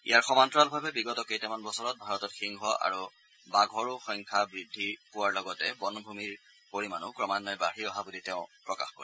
ইয়াৰ সমান্তৰালভাৱে বিগত কেইটামান বছৰত ভাৰতত সিংহ আৰু বাঘৰো সংখ্যা বৃদ্ধি পোৱাৰ লগতে বনভূমিৰ পৰিমাণো বৃদ্ধি পোৱা বুলি তেওঁ প্ৰকাশ কৰে